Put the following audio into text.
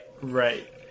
right